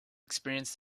experience